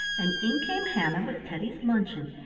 and in came hannah with teddy's luncheon,